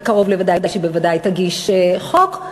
וקרוב לוודאי שהיא בוודאי תגיש חוק,